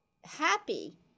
happy